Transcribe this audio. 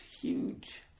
huge